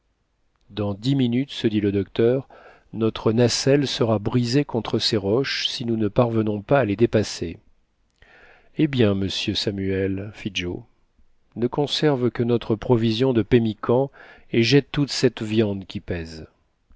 dans dix minutes se dit le docteur notre nacelle sera brisée contre ces roches si nous ne parvenons pas à les dépasser eh bien monsieur samuel fit joe ne conserve que notre provision de pemmican et jette toute cette viande qui pèse